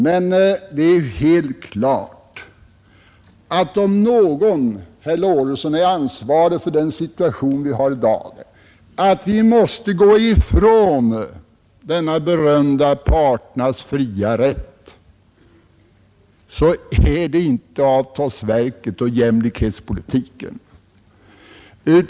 Det är dock helt klart, att om någon, herr Lorentzon, är ansvarig för den situation som vi i dag har, när vi måste gå ifrån denna berömda parternas fria rätt, så är det inte avtalsverket och jämlikhetspolitiken.